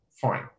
Fine